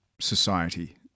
society